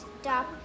stop